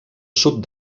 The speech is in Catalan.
sud